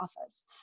office